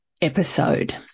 episode